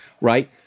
right